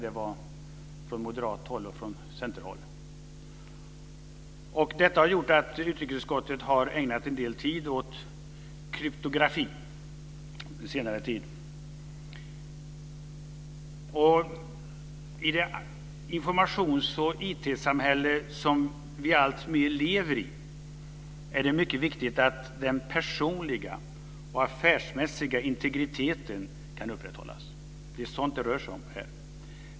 Det gjorde man från moderat håll och från centerhåll. Detta har gjort att utrikesutskottet har ägnat en del tid åt kryptografi under senare tid. I det informations och IT-samhälle som vi alltmer lever i är det mycket viktigt att den personliga och affärsmässiga integriteten kan upprätthållas. Det är sådant som det rör sig om i det här fallet.